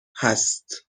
هست